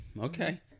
Okay